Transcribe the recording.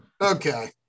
Okay